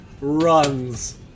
runs